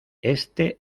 este